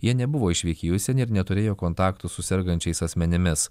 jie nebuvo išvykę į užsienį ir neturėjo kontaktų su sergančiais asmenimis